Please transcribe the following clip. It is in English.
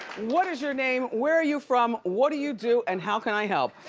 what is your name, where are you from, what do you do, and how can i help?